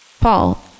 Paul